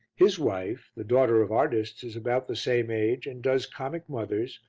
his wife, the daughter of artists, is about the same age and does comic mothers,